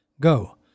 Go